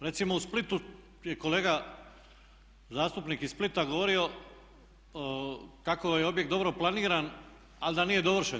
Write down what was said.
Recimo u Splitu je kolega zastupnik iz Splita govorio kako je objekt dobro planiran ali da nije dovršen.